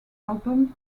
album